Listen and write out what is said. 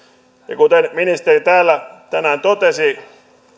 ja kuten ministeri täällä tänään totesi